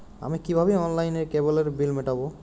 আমি কিভাবে অনলাইনে কেবলের বিল মেটাবো?